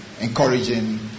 encouraging